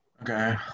Okay